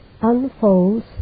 unfolds